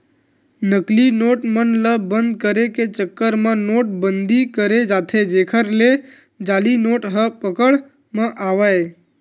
नकली नोट मन ल बंद करे के चक्कर म नोट बंदी करें जाथे जेखर ले जाली नोट ह पकड़ म आवय